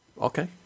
Okay